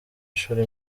inshuro